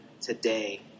today